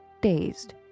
dazed